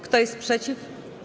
Kto jest przeciw?